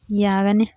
ꯌꯥꯒꯅꯤ